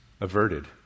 averted